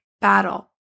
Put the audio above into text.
battle